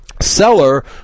seller